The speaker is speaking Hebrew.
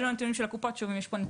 אלה נתוני הקופות.